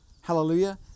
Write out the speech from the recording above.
Hallelujah